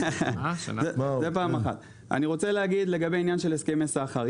אני רוצה להגיד בעניין של הסכמי סחר.